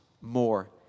more